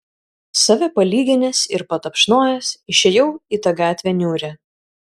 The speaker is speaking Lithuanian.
save palyginęs ir patapšnojęs išėjau į tą gatvę niūrią